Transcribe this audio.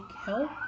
help